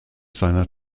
seiner